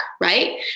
right